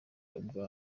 ubwa